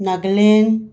ꯅꯒꯂꯦꯟ